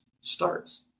starts